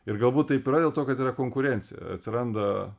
ir galbūt taip yra dėl to kad yra konkurencija atsiranda